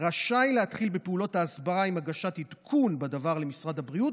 רשאי להתחיל בפעולות ההסברה עם הגשת עדכון בדבר למשרד הבריאות,